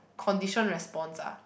condition response lah